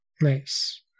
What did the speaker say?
nice